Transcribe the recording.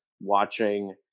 watching